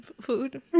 food